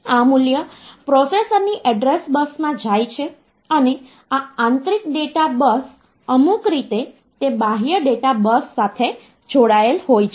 તેથી આપણે એ સમજવાનો પ્રયત્ન કરીશું કે આ નંબર સિસ્ટમ શું છે સામાન્ય રીતે શું આપણી પાસે જનરલાઈઝ્ડ સિસ્ટમ હોઈ શકે